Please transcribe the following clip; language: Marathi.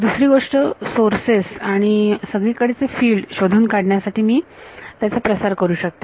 दुसरी गोष्ट सोर्सेस आणि सगळीकडचे फील्ड शोधून काढण्यासाठी मी त्याचा प्रसार करू शकते